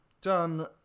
done